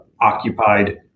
occupied